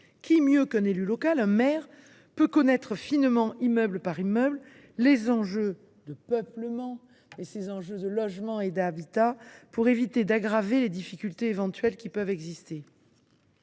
Qui, mieux qu’un élu local, un maire, peut connaître finement, immeuble par immeuble, les enjeux de peuplement, de logement et d’habitat, pour éviter d’aggraver les difficultés qui peuvent éventuellement exister